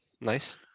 nice